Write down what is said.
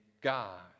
God